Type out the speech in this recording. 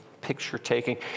picture-taking